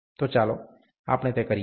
તો ચાલો આપણે તે કરીએ